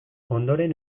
ondoren